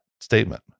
statement